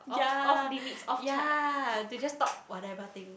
yea yea they just talk whatever things